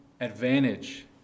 advantage